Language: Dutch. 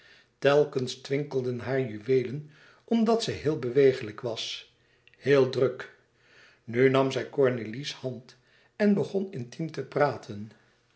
telkens twinkelden hare juweelen omdat zij heel bewegelijk was heel druk nu nam zij cornélie's hand en begon intiem te praten